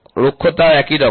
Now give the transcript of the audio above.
রুক্ষতাও একই রকম